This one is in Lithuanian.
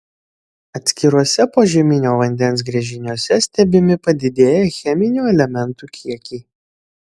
atskiruose požeminio vandens gręžiniuose stebimi padidėję cheminių elementų kiekiai